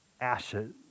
ashes